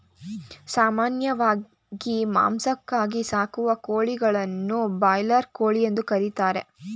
ಸಾಮಾನ್ಯವಾಗಿ ಮಾಂಸಕ್ಕಾಗಿ ಸಾಕುವ ಕೋಳಿಗಳನ್ನು ಬ್ರಾಯ್ಲರ್ ಕೋಳಿ ಎಂದು ಕರಿತಾರೆ